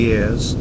Years